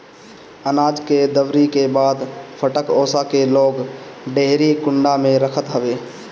अनाज के दवरी के बाद फटक ओसा के लोग डेहरी कुंडा में रखत हवे